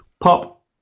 Pop